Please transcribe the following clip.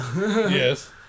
Yes